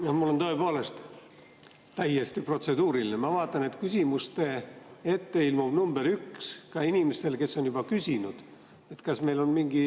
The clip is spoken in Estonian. Mul on tõepoolest täiesti protseduuriline. Ma vaatan, et küsimuste ette ilmub nr 1 ka inimeste puhul, kes on juba küsinud. Kas meil on siin mingi